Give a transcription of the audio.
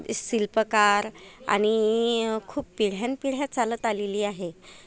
शिल्पकार आणि खूप पिढ्यानपिढ्या चालत आलेली आहे